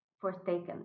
forsaken